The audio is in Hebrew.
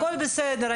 הכול בסדר.